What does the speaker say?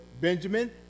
Benjamin